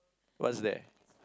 what's there